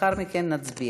ולאחר מכן נצביע.